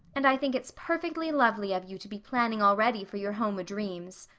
and i think it's perfectly lovely of you to be planning already for your home o'dreams.